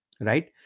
Right